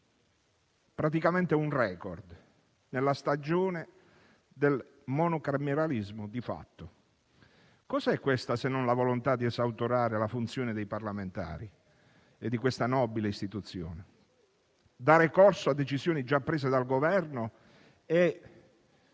praticamente un *record*, nella stagione del monocameralismo di fatto. Cos'è questa, se non la volontà di esautorare la funzione dei parlamentari e di questa nobile istituzione? Dare corso a decisioni già prese dal Governo e